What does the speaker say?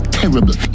terrible